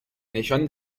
نشان